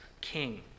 king